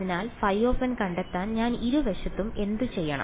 അതിനാൽ ϕn കണ്ടെത്താൻ ഞാൻ ഇരുവശത്തും എന്തുചെയ്യണം